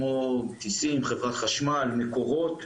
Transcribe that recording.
כמו חברת חשמל ומקורות.